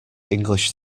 english